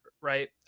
right